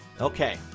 okay